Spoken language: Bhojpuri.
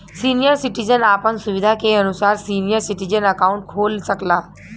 सीनियर सिटीजन आपन सुविधा के अनुसार सीनियर सिटीजन अकाउंट खोल सकला